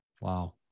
Wow